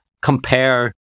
compare